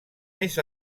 més